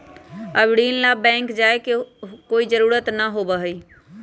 अब ऋण ला बैंक जाय के कोई जरुरत ना होबा हई